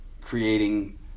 creating